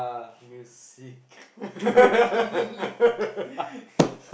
you sick dude